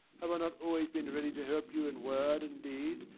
have i not always been ready to help you in word and deed,